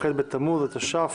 כ"ח בתמוז התש"ף,